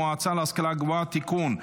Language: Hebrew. זכויות הסטודנט (תיקון,